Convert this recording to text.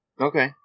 Okay